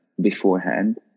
beforehand